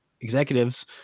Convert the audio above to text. executives